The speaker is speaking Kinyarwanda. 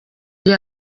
iyi